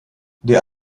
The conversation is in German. der